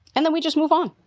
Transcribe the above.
and then we just move on